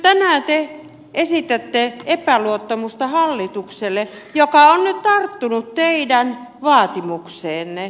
tänään te esitätte epäluottamusta hallitukselle joka on nyt tarttunut teidän vaatimukseenne